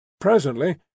Presently